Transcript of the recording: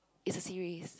is a series